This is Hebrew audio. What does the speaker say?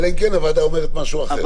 אלא אם כן הוועדה אומרת משהו אחר.